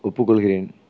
ஒப்புக்கொள்கிறேன்